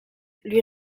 lui